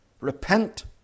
Repent